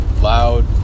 loud